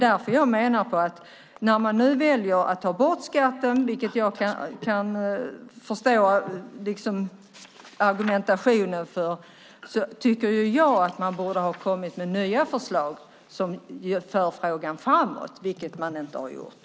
Därför menar jag att när man nu väljer att ta bort skatten, vilket jag kan förstå argumentationen för, borde man ha kommit med nya förslag som för frågan framåt. Det har man inte gjort.